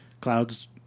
Cloud's